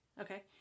Okay